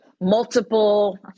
multiple